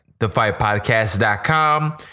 thefightpodcast.com